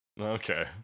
okay